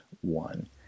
one